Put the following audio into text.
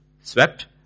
swept